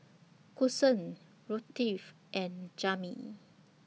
Kason Ruthie and Jamey